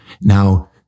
Now